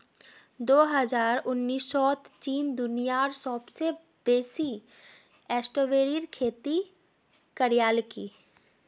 दो हजार उन्नीसत चीन दुनियात सबसे बेसी स्ट्रॉबेरीर खेती करयालकी